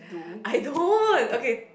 I don't okay